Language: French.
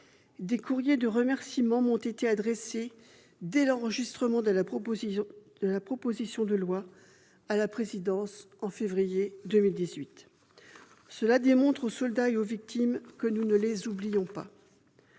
Des courriers de remerciement m'ont ainsi été adressés dès l'enregistrement de la proposition de loi à la présidence, en février 2018. Cela montre aux soldats et aux victimes que nous ne les oublions pas.